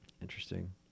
Interesting